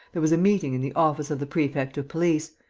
there was a meeting in the office of the prefect of police,